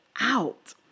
out